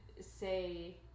say